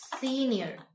senior